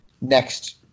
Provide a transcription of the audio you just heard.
next